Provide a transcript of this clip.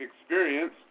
experience